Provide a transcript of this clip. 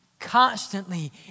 Constantly